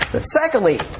Secondly